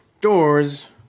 doors